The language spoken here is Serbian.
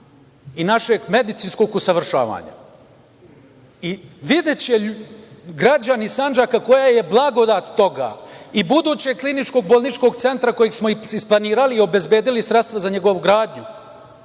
i našeg medicinskog usavršavanja videće građani Sandžaka koja je blagodat toga i budućeg kliničko-bolničkog centra koji smo isplanirali i obezbedili sredstva za njegovu gradnju. Na